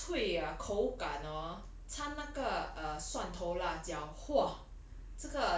它有一种脆 ah 口感 hor 掺那个蒜头辣椒 !whoa!